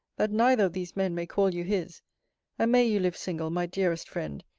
that neither these men may call you his and may you live single, my dearest friend,